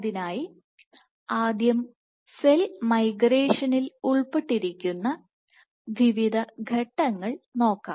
അതിനായി ആദ്യം സെൽ മൈഗ്രേഷനിൽ ഉൾപ്പെട്ടിരിക്കുന്ന വിവിധ ഘട്ടങ്ങൾ നോക്കാം